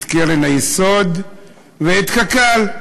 את קרן היסוד ואת קק"ל,